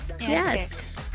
yes